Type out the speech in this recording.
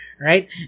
Right